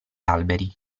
alberi